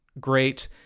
great